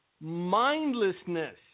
mindlessness